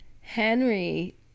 Henry